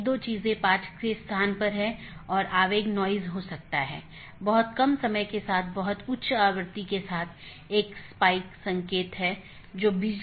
एक अन्य संदेश सूचना है यह संदेश भेजा जाता है जब कोई त्रुटि होती है जिससे त्रुटि का पता लगाया जाता है